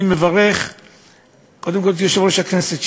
אני מברך קודם כול את יושב-ראש הכנסת,